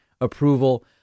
approval